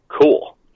cool